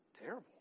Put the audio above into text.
Terrible